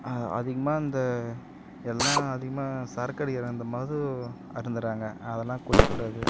அதிகமாக இந்த எல்லாம் அதிகமா சரக்கடிக்கிற அந்த மது அருந்துகிறாங்க அதெல்லாம் குடிக்கக்கூடாது